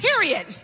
period